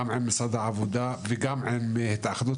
גם עם משרד העבודה וגם עם התאחדות